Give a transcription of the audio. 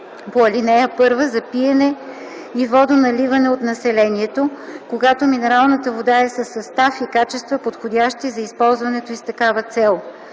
ал. 1 за пиене и водоналиване от населението, когато минералната вода е със състав и качества, подходящи за използването й с такава цел;